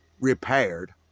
repaired